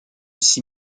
six